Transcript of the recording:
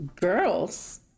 Girls